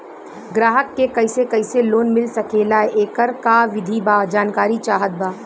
ग्राहक के कैसे कैसे लोन मिल सकेला येकर का विधि बा जानकारी चाहत बा?